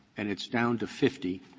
and it's down to fifty,